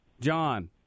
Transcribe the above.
John